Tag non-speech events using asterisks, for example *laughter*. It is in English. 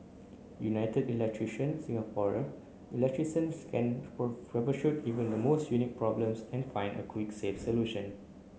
United Electrician Singapore electricians can *unintelligible* troubleshoot even the most unique problems and find a quick safe solution